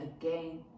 again